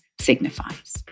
signifies